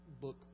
book